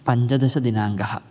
पञ्चदशदिनाङ्गः